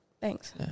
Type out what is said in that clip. thanks